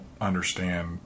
understand